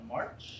March